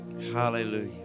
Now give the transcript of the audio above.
hallelujah